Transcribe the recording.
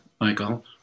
Michael